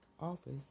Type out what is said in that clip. office